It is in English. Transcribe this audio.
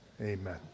Amen